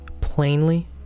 plainly